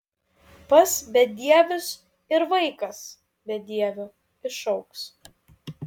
pas bedievius ir vaikas bedieviu išaugs